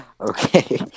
Okay